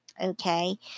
Okay